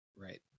Right